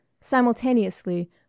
Simultaneously